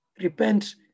Repent